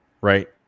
right